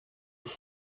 nous